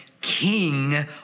king